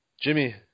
Jimmy